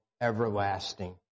Everlasting